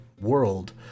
world